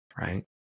right